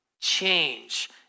change